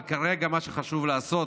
אבל כרגע, מה שחשוב לעשות,